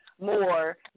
more